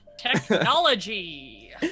technology